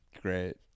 great